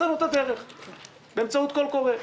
מצאנו את הדרך באמצעות קול קורא.